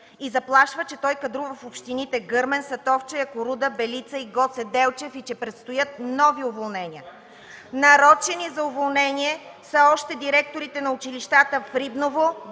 и заплашва, че той кадрува в общините Гърмен, Сатовча, Якоруда, Белица и Гоце Делчев и че предстоят нови уволнения. (Шум и реплики от КБ и ДПС.) Нарочени за уволнение са още директорите на училищата в Рибново,